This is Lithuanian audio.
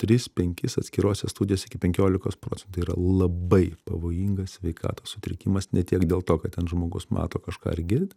tris penkis atskirose studijose iki penkiolikos procentų yra labai pavojingas sveikatos sutrikimas ne tiek dėl to kad ten žmogus mato kažką ar girdi